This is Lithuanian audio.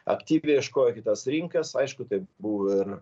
aktyviai ieškojo kitas rinkas aišku tai buvo ir